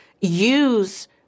use